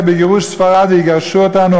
כבגירוש ספרד יגרשו אותנו,